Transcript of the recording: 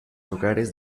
hogares